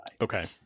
Okay